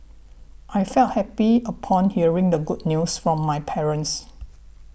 I felt happy upon hearing the good news from my parents